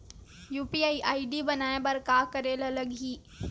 UPI ID बनाये बर का करे ल लगही?